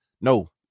No